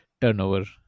turnover